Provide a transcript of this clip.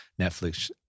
Netflix